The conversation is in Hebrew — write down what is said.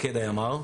מפקד הימ"ר.